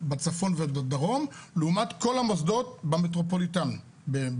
בצפון ובדרום לעומת כל המוסדות במרכז,